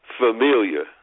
familiar